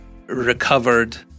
recovered